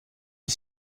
les